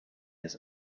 has